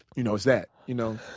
you know it's that, you know?